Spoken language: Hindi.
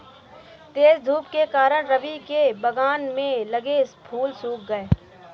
तेज धूप के कारण, रवि के बगान में लगे फूल सुख गए